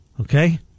Okay